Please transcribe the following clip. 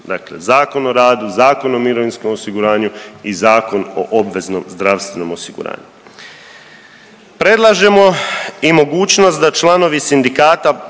Dakle, Zakon o radu, Zakon o mirovinskom osiguranju i Zakon o obveznom zdravstvenom osiguranju. Predlažemo i mogućnost da članovi sindikata